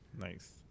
Nice